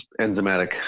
enzymatic